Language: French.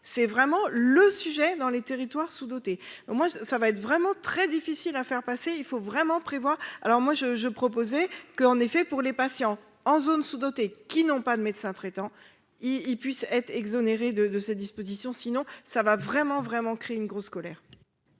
c'est vraiment le sujet dans les territoires sous-dotés, moi ça va être vraiment très difficile à faire passer, il faut vraiment prévoit alors moi je, je, proposé que, en effet, pour les patients en zones sous-dotées, qui n'ont pas de médecin traitant, il puisse être exonérée de de cette disposition, sinon ça va vraiment, vraiment créer une grosse colère.